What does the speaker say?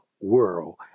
world